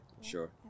Sure